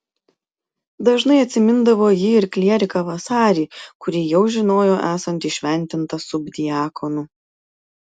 dažnai atsimindavo ji ir klieriką vasarį kurį jau žinojo esant įšventintą subdiakonu